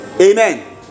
Amen